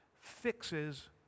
fixes